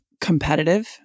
competitive